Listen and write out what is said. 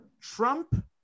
Trump